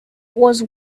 was